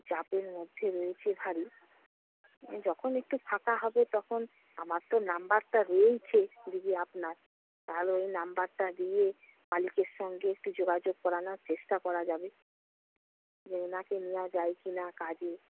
চাপের মধ্যে রয়েছে যখন একটু ফাঁকা হবে তখন আমার তো নাম্বারটা রয়েইছে দিদি আপনার তাহলে ওই নাম্বারটা দিয়ে মালিকের সঙ্গে একটু যোগাযোগ করানোর চেষ্টা করা যাবে যে এনাকে নেওয়া যায় কি না কাজে